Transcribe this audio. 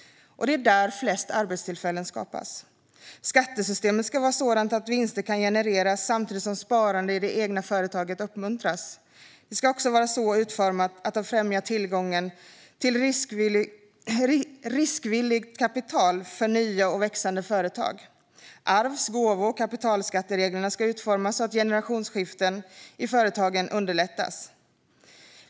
Det är där flest arbetstillfällen skapas. Skattesystemet ska vara sådant att vinster kan genereras samtidigt som sparande i det egna företaget uppmuntras. Det ska också vara så utformat att det främjar tillgången till riskvilligt kapital för nya och växande företag. Arvs, gåvo och kapitalskattereglerna ska utformas så att generationsskiften i företagen underlättas.